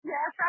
Yes